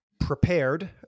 prepared